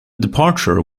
departure